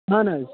آہَن حظ